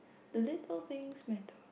the little things matter